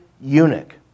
eunuch